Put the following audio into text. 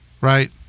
right